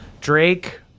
Drake